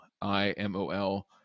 i-m-o-l